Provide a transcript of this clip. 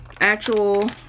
actual